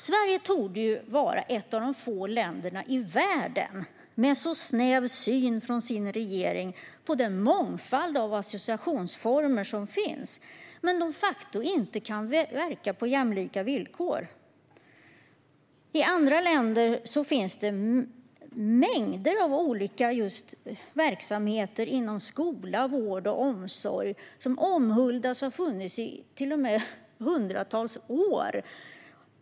Sverige torde vara ett av få länder i världen med en så snäv syn från sin regering på den mångfald av associationsformer som finns men som de facto inte kan verka på jämlika villkor. I andra länder finns det mängder av olika verksamheter inom skola, vård och omsorg som omhuldas och har funnits till och med i hundratals år.